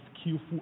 skillful